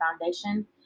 foundation